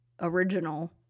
original